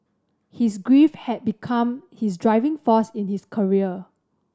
his grief had become his driving force in his career